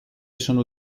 sono